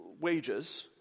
wages